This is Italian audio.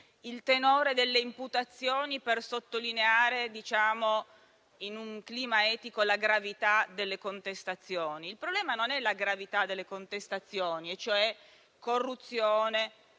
il tenore delle imputazioni per sottolineare, in un clima etico, la gravità delle contestazioni. Il problema non è la gravità delle contestazioni, e cioè corruzione,